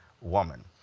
woman